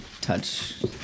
touch